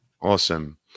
Awesome